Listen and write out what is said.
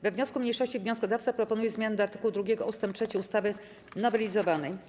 We wniosku mniejszości wnioskodawca proponuje zmianę do art. 2 ust. 3 ustawy nowelizowanej.